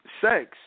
sex